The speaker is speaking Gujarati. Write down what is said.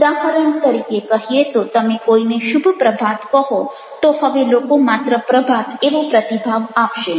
ઉદાહરણ તરીકે કહીએ તો તમે કોઈને શુભ પ્રભાત કહો તો હવે લોકો માત્ર પ્રભાત એવો પ્રતિભાવ આપશે